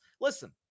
listen